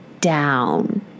down